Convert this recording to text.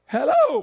Hello